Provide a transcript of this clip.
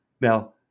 Now